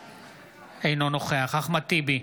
אינו נוכח אחמד טיבי,